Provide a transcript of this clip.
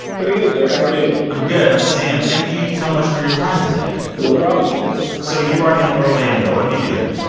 pretty good, sir. how are you? i'm good. i'm sam. thank you so much for your time today no problem so you are in orlando. what do you do there?